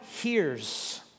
hears